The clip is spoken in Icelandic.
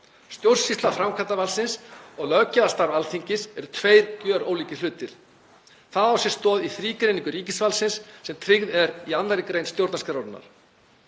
Stjórnsýsla framkvæmdarvaldsins og löggjafarstarf Alþingis eru tveir gjörólíkir hlutir. Það á sér stoð í þrígreiningu ríkisvaldsins sem tryggð er í 2. gr. stjórnarskrárinnar.